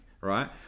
right